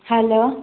hello